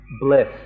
bliss